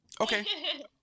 Okay